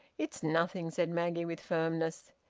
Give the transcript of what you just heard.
it's nothing, said maggie, with firmness.